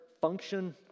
Function